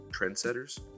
trendsetters